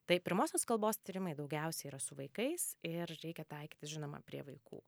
tai pirmosios kalbos tyrimai daugiausiai yra su vaikais ir reikia taikytis žinoma prie vaikų